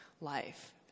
life